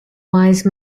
wise